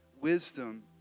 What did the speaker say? wisdom